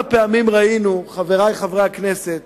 חברי חברי הכנסת,